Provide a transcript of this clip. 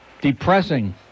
Depressing